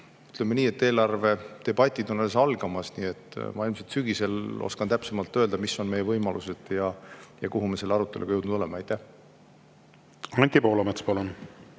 ütleme nii, eelarvedebatid on alles algamas, nii et ma ilmselt sügisel oskan täpsemalt öelda, mis on meie võimalused ja kuhu me selle aruteluga jõudnud oleme. Anti Poolamets, palun!